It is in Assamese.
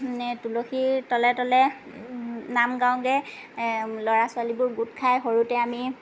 মানে তুলসী তলে তলে নাম গাওঁগৈ ল'ৰা ছোৱালীবোৰ গোট খাই সৰুতে আমি